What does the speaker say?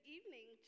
evening